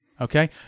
okay